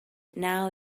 now